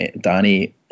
Danny